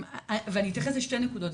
אני אתייחס לשתי נקודות,